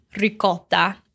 ricotta